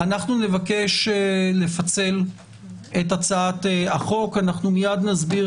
אנחנו נבקש לפצל את הצעת החוק ומיד נסביר